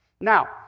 Now